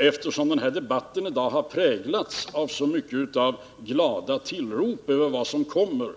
Eftersom debatten i dag präglats av så mycket av glada utrop över vad som skall komma,